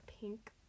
pink